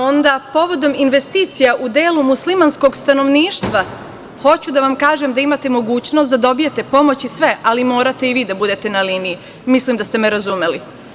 Onda, povodom investicija u delu muslimanskog stanovništva, hoću da vam kažem, da imate mogućnost da dobijete pomoći sve, ali morate i vi da budete na liniji, mislim da ste me razumeli.